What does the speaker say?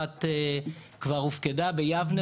אחת כבר הופקדה ביבנה,